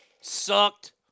Sucked